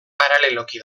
paraleloki